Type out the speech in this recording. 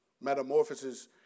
metamorphosis